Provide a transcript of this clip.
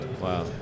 Wow